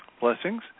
blessings